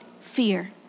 fear